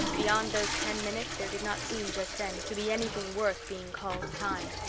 beyond those ten minutes there did not seem, just then, to be anything worth being called time.